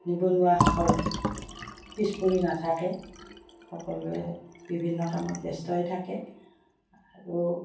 নিবনুৱাসকল পিছ পৰি নাথাকে সকলোৱে বিভিন্ন কামত ব্যস্ত হৈ থাকে আৰু